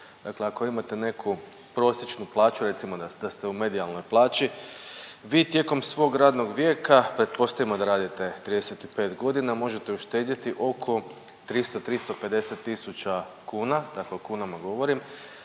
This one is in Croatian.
dakle ako imate neku prosječnu plaću recimo da ste u medijalnoj plaći, vi tijekom svog radnog vijeka pretpostavimo da radite 35 godina možete uštedjeti oko 300, 350 tisuća kuna, dakle u kunama govorim